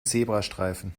zebrastreifen